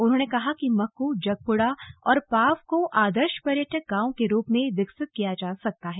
उन्होंने कहा कि मक्क जगपुडा और पाव को आदर्श पर्यटक गांव के रूप में विकसित किया जा सकता है